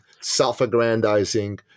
self-aggrandizing